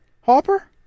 Hopper